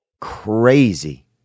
crazy